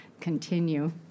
continue